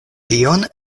tion